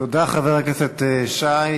תודה, חבר הכנסת שי.